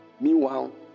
Meanwhile